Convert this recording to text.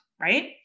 right